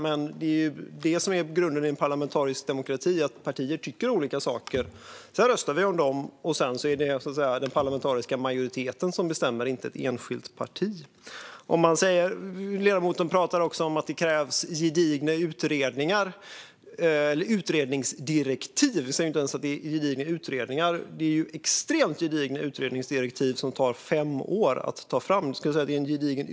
Men grunden i en parlamentarisk demokrati är att partier tycker olika saker och sedan röstar om dem. Sedan är det den parlamentariska majoriteten som bestämmer och inte ett enskilt parti. Ledamoten talar också om att det krävs gedigna utredningsdirektiv, inte ens gedigna utredningar. Utredningsdirektiv som tar fem år att ta fram måste vara extremt gedigna.